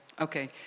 Okay